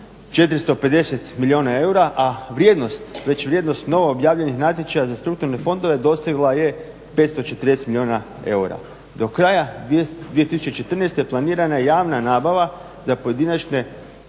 450 milijuna eura a vrijednost već vrijednost novo objavljenih natječaja za strukturne fondove dosegla je 540 milijuna eura. Do kraja 2014.planirana je javna nabava za pojedinačne